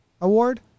Award